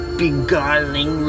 beguiling